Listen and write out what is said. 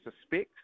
suspect